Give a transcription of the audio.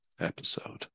episode